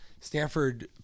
Stanford